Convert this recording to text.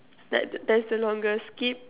like that's the longest skip